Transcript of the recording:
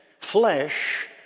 flesh